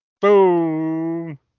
Boom